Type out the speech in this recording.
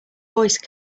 voice